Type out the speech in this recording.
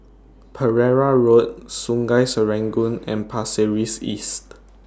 Pereira Road Sungei Serangoon and Pasir Ris East